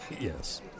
Yes